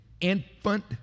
infant